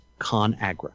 ConAgra